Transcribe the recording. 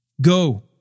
Go